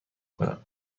کنم